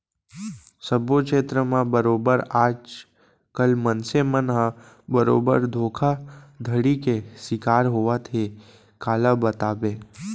सब्बो छेत्र म बरोबर आज कल मनसे मन ह बरोबर धोखाघड़ी के सिकार होवत हे काला बताबे